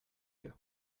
you